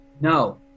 No